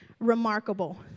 remarkable